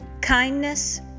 kindness